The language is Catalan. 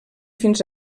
fins